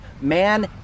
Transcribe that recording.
man